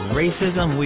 racism